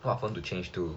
what phone to change to